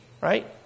right